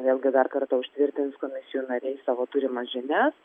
vėlgi dar kartą užtvirtins komisijų nariai savo turimas žinias